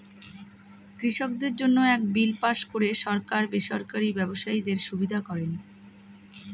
কৃষকদের জন্য এক বিল পাস করে সরকার বেসরকারি ব্যবসায়ীদের সুবিধা করেন